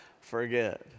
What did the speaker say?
forget